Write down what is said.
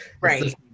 right